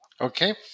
Okay